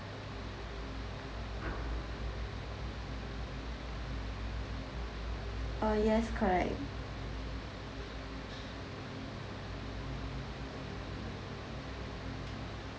uh yes correct